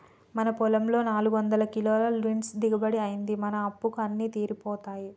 మన పొలంలో నాలుగొందల కిలోల లీన్స్ దిగుబడి అయ్యింది, మన అప్పులు అన్నీ తీరిపోతాయి